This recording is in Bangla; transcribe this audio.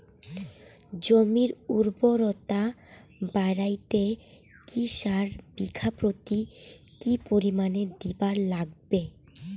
জমির উর্বরতা বাড়াইতে কি সার বিঘা প্রতি কি পরিমাণে দিবার লাগবে?